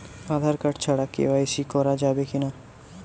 Aadhaar card ছাড়া KYC করা যাবে কি না?